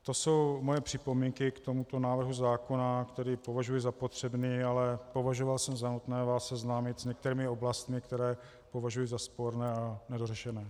To jsou moje připomínky k tomuto návrhu zákona, který považuji za potřebný, ale považoval jsem za nutné vás seznámit s některými oblastmi, které považuji za sporné a nedořešené.